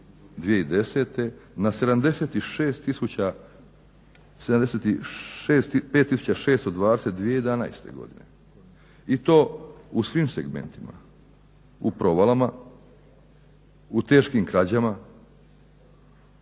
620 2011. godine i to u svim segmentima u provalama u teškim krađama